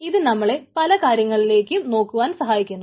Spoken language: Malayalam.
ഇതു നമ്മളെ പല കാര്യങ്ങളിലേക്ക് നോക്കാൻ സഹായിക്കുന്നു